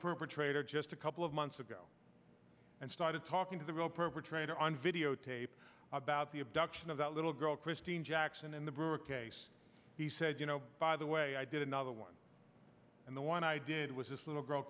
perpetrator just a couple of months ago and started talking to the real perpetrator on videotape about the abduction of that little girl christine jackson in the brewer case he said you know by the way i did another one and the one i did with this little girl